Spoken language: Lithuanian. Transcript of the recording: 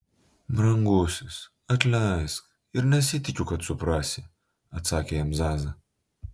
brangusis atleisk ir nesitikiu kad suprasi atsakė jam zaza